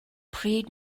pryd